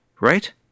Right